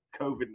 COVID